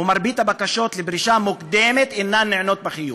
ומרבית הבקשות לפרישה מוקדמת אינן נענות בחיוב.